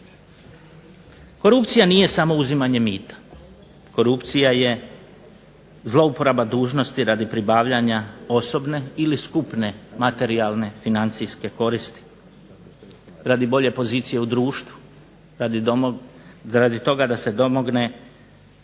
Korupcija nije samo uzimanje mita, korupcija je zloupotreba dužnosti radi pribavljanja osobne ili skupne materijalne financijske koristi, radi bolje pozicije u društvu, radi toga da se domogne